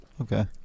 Okay